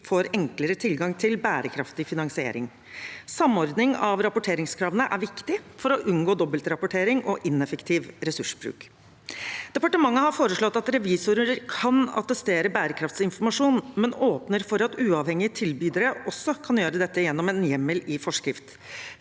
får enklere tilgang til bærekraftig finansiering. Samordning av rapporteringskravene er viktig for å unngå dobbeltrapportering og ineffektiv ressursbruk. Departementet har foreslått at revisorer kan attestere bærekraftsinformasjon, men åpner for at uavhengige tilbydere også kan gjøre dette gjennom en hjemmel i forskrift.